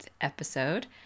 episode